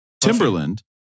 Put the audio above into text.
Timberland